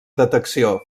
detecció